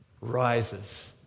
rises